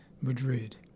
Madrid